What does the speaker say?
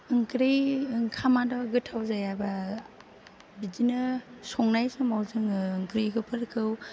ओंख्रि ओंखामा गोथाव जायाबा बिदिनो संनाय समाव जोङो ओंख्रिफोरखौ